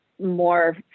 more